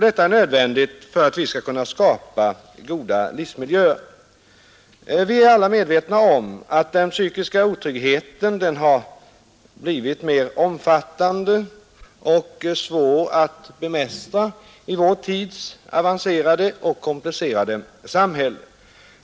Detta är nödvändigt för att vi skall kunna skapa goda livsmiljöer. Vi är alla medvetna om att den psykiska otryggheten har blivit mer omfattande och svår att bemästra i vår tids avancerade och komplicerade samhälle.